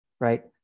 right